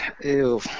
Ew